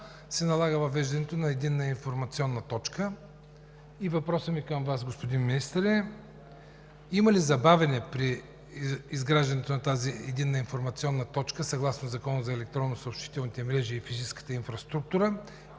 се налага въвеждането на Единна информационна точка. Въпросът ми към Вас, господин Министър, е: има ли забавяне при изграждането на тази Единна информационна точка съгласно Закона за електронните съобщителни мрежи и физическа инфраструктура,